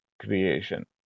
creation